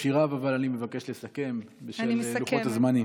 בקושי רב, אבל אני מבקש לסכם בשל לוחות הזמנים.